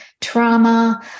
trauma